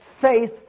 faith